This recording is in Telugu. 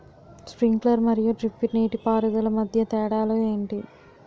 స్ప్రింక్లర్ మరియు డ్రిప్ నీటిపారుదల మధ్య తేడాలు ఏంటి?